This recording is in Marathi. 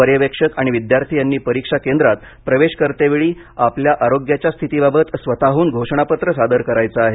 पर्यवेक्षक आणि विद्यार्थी यांनी परीक्षा केंद्रात प्रवेश करतेवेळी आपल्या आरोग्याच्या स्थितीबाबत स्वतःहून घोषणापत्र सादर करायचे आहे